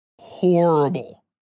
horrible